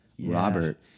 Robert